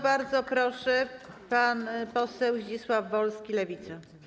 Bardzo proszę, pan poseł Zdzisław Wolski, Lewica.